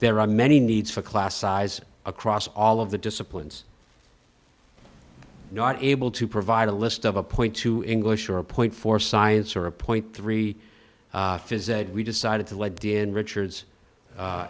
there are many needs for class size across all of the disciplines not able to provide a list of a point to english or a point for science or a point three physics and we decided to lead in richard's